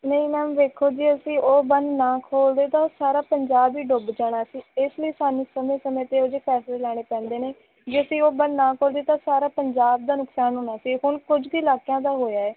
ਨਹੀਂ ਮੈਮ ਵੇਖੋ ਜੀ ਅਸੀਂ ਉਹ ਬੰਨ੍ਹ ਨਾ ਖੋਲ੍ਹਦੇ ਤਾਂ ਸਾਰਾ ਪੰਜਾਬ ਹੀ ਡੁੱਬ ਜਾਣਾ ਸੀ ਇਸ ਲਈ ਸਾਨੂੰ ਸਮੇਂ ਸਮੇਂ 'ਤੇ ਇਹ ਜਿਹੇ ਫੈਸਲੇ ਲੈਣੇ ਪੈਂਦੇ ਨੇ ਜੇ ਅਸੀਂ ਉਹ ਬੰਨ੍ਹ ਨਾਂ ਖੋਲ੍ਹੇ ਤਾਂ ਸਾਰਾ ਪੰਜਾਬ ਦਾ ਨੁਕਸਾਨ ਹੋਣਾ ਸੀ ਹੁਣ ਕੁਛ ਕੁ ਇਲਾਕਿਆਂ ਦਾ ਹੋਇਆ ਹੈ